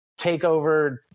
takeover